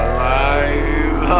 Alive